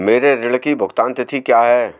मेरे ऋण की भुगतान तिथि क्या है?